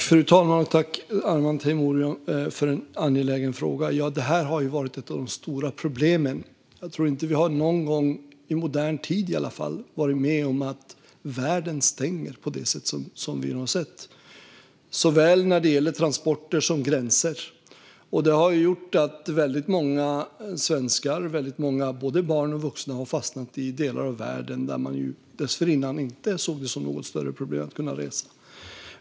Fru talman! Tack, Arman Teimouri, för en angelägen fråga! Detta har varit ett av de stora problemen. Jag tror inte att vi någon gång i modern tid har varit med om att världen stängt på det sätt vi nu har sett när det gäller såväl transporter som gränser. Det har gjort att väldigt många svenskar, både barn och vuxna, har fastnat i delar av världen där man dessförinnan inte såg det som något större problem att resa.